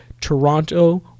Toronto